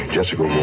Jessica